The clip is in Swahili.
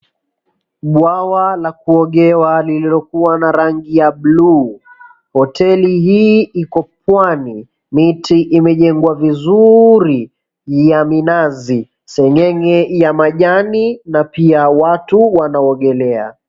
Bwawa la kuogewa lililokua na rangi ya buluu. Hoteli hii iko pwani, miti imejengwa vizuri ya minazi. Seng'eng'e ya majani na pia watu wanaogelea